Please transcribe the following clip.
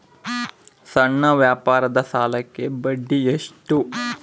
ಸಣ್ಣ ವ್ಯಾಪಾರದ ಸಾಲಕ್ಕೆ ಬಡ್ಡಿ ಎಷ್ಟು?